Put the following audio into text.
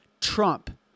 Trump